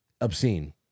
Obscene